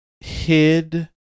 hid